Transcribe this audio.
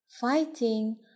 fighting